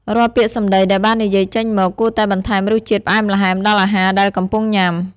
រាល់ពាក្យសម្ដីដែលបាននិយាយចេញមក គួរតែបន្ថែមរសជាតិផ្អែមល្ហែមដល់អាហារដែលកំពុងញ៉ាំ។